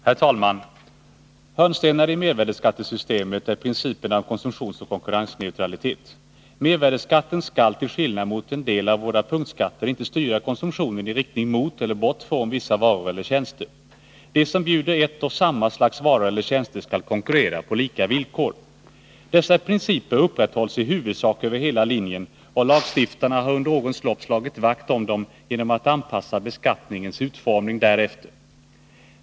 Herr talman! Hörnstenar i mervärdeskattesystemet är principerna om konsumtionsoch konkurrensneutralitet. Mervärdeskatten skall, till skillnad mot en del av våra punktskatter, inte styra konsumtionen i riktning mot eller bort från vissa varor eller tjänster. De som erbjuder ett och samma slags varor eller tjänster skall konkurrera på lika villkor. Dessa principer upprätthålls i huvudsak över hela linjen, och lagstiftarna har under årens lopp slagit vakt om dem genom att anpassa beskattningens utformning därefter.